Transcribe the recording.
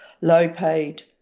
low-paid